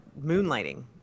moonlighting